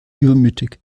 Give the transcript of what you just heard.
übermütig